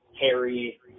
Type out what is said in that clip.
Harry